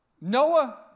noah